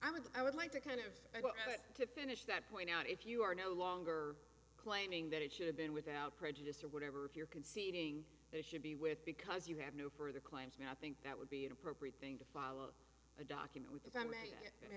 i would i would like to kind of to finish that point out if you are no longer claiming that it should have been without prejudice or whatever if you're conceding they should be with because you have no further claims made i think that would be an appropriate thing to follow a document with